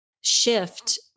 shift